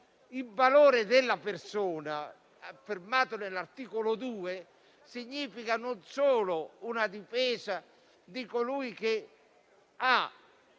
Il valore della persona, affermato nell'articolo 2, non significa solo la difesa di colui che ha